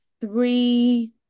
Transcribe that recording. three